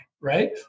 right